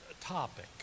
topic